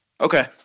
Okay